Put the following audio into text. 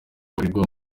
babarirwa